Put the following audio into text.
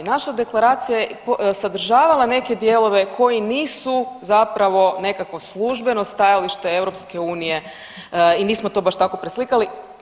Naša deklaracija je sadržavala neke dijelove koji nisu zapravo nekakvo službeno stajalište EU i nismo to baš tako preslikali.